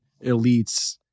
elite's